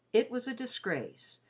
it was a disgrace,